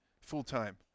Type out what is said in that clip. full-time